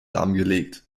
lahmgelegt